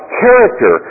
character